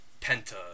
Penta